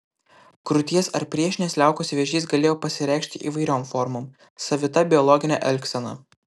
krūties ar priešinės liaukos vėžys galėjo pasireikšti įvairiom formom savita biologine elgsena